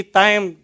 time